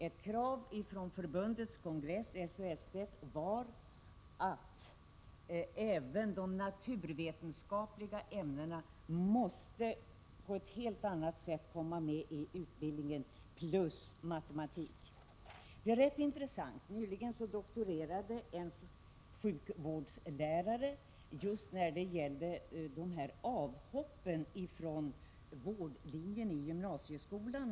Ett krav från SHSTF:s kongress var även att de naturvetenskapliga ämnena samt matematik måste in på ett helt annat sätt i utbildningen. Nyligen doktorerade en sjukvårdslärare på bl.a. orsaken till allt fler avhopp från vårdlinjen i gymnasieskolan.